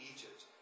Egypt